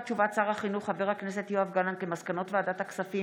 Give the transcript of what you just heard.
הודעות שר החינוך יואב גלנט על מסקנות ועדת החינוך,